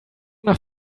nach